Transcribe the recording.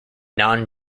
non